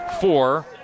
four